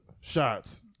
shots